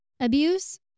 Abuse